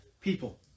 people